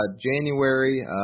January